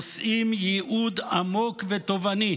נושאים ייעוד עמוק ותובעני.